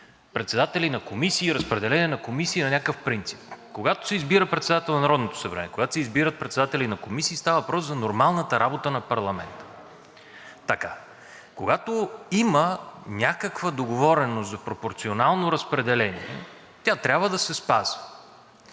председатели на комисии, разпределение на комисии на някакъв принцип. Когато се избира председател на Народното събрание, когато се избират председатели на комисии, става въпрос за нормалната работа на парламента. Когато има някаква договореност в пропорционално разпределение, тя трябва да се спазва.